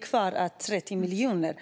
kvar på 30 miljoner.